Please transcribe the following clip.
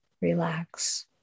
relax